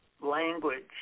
language